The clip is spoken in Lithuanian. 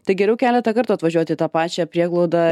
tai geriau keletą kartų atvažiuoti į tą pačią prieglaudą